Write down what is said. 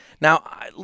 Now